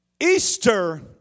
Easter